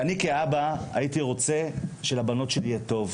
אני, כאבא, הייתי רוצה שלבנות שלי יהיה טוב.